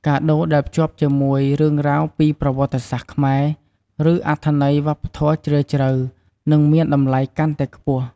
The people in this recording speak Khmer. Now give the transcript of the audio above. កាដូរដែលភ្ជាប់ជាមួយ រឿងរ៉ាវពីប្រវត្តិសាស្ត្រខ្មែរ ឬ អត្ថន័យវប្បធម៌ជ្រាលជ្រៅ នឹងមានតម្លៃកាន់តែខ្ពស់។